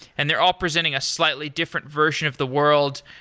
and they're all presenting a slightly different version of the world.